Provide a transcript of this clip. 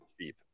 cheap